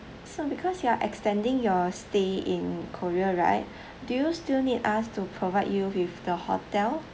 so because you are extending your stay in korea right do you still need us to provide you with the hotel